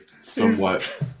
somewhat